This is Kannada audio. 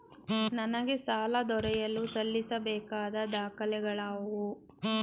ನನಗೆ ಸಾಲ ದೊರೆಯಲು ಸಲ್ಲಿಸಬೇಕಾದ ದಾಖಲೆಗಳಾವವು?